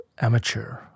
amateur